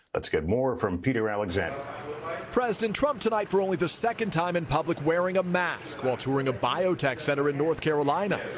let's get more from peter alexander. reporter president trump tonight for only the second time in public wearing a mask while touring a biotech center in north carolina.